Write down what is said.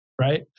right